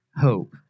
hope